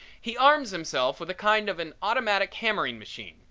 he arms himself with a kind of an automatic hammering machine,